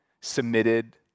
submitted